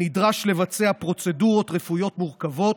הנדרש לבצע פרוצדורות רפואיות מורכבות,